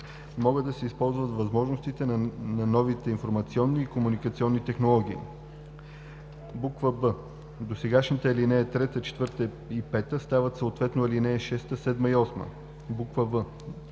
могат да се използват възможностите на новите информационни и комуникационни технологии.“; б) досегашните ал. 3,4 и 5 стават съответно ал. 6, 7 и 8; в)